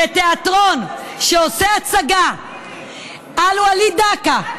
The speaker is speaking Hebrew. האם זה נראה לך הגיוני שתיאטרון שעושה הצגה על וליד דקה,